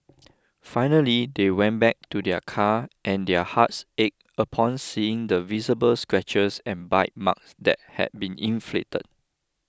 finally they went back to their car and their hearts ached upon seeing the visible scratches and bite marks that had been inflicted